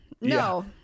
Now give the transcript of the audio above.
No